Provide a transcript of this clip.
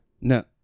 no